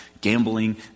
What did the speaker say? gambling